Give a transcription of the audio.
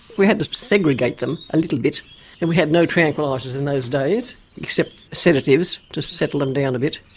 we had to segregate them a little bit and we had no tranquillisers in those days except sedatives to settle them down a bit.